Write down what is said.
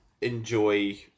enjoy